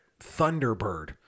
Thunderbird